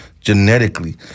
genetically